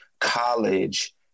college